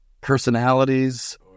personalities